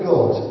God